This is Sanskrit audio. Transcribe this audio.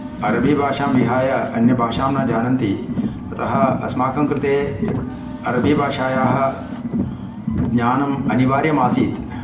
अरबीभाषां विहाय अन्य भाषां न जानन्ति अतः अस्माकं कृते अरबीभाषायाः ज्ञानम् अनिवार्यम् आसीत्